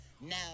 Now